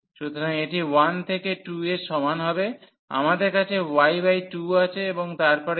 সুতরাং এটি 1 থেকে 2 এর সমান হবে আমাদের কাছে y2 আছে এবং তার পরে x2